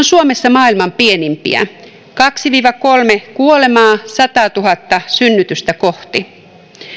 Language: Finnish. suomessa maailman pienimpiä kaksi viiva kolme kuolemaa sataatuhatta synnytystä kohti